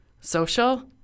social